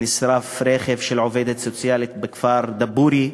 נשרף רכב של עובדת סוציאלית בכפר דבורייה,